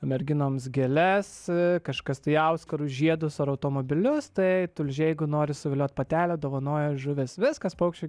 merginoms gėles kažkas tai auskarus žiedus ar automobilius tai tulžiai jeigu nori suviliot patelę dovanoja žuvis viskas paukščių